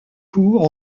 cours